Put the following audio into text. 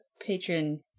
patron